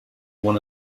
one